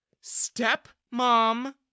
Step-mom